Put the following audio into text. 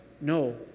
No